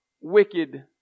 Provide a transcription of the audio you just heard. wicked